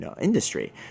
industry